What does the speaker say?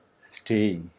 stay